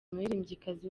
umuririmbyikazi